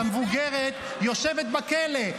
המבוגרת, יושבת בכלא.